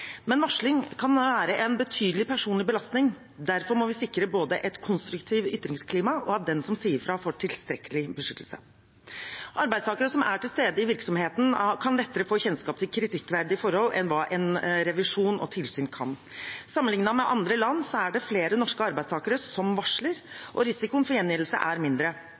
Men varsling kan være en betydelig personlig belastning. Derfor må vi sikre både et konstruktivt ytringsklima og at den som sier fra, får tilstrekkelig beskyttelse. Arbeidstakere som er til stede i virksomheten, kan lettere få kjennskap til kritikkverdige forhold enn hva revisjon og tilsyn kan. Sammenliknet med andre land er det flere arbeidstakere i Norge som varsler, og risikoen for gjengjeldelse er mindre.